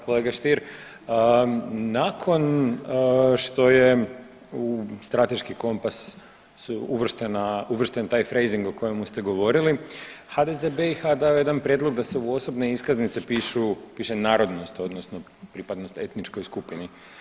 Kolega Stier, nakon što je u strateški kompas su uvrštena, uvršten taj freizing o kojemu ste govorili HDZ BiH dao je jedan prijedlog da se u osobne iskaznice piše narodnost odnosno pripadnost etničkoj skupini.